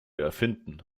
erfinden